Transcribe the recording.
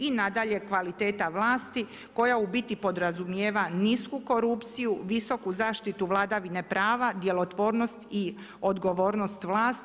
I nadalje, kvaliteta vlasti koja u biti podrazumijeva nisku korupciju, visoku zaštitu vladavine prava, djelotvornost i odgovornost vlasti.